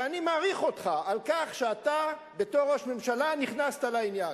ואני מעריך אותך על כך שאתה בתור ראש ממשלה נכנסת לעניין.